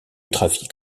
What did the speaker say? trafic